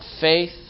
faith